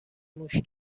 موش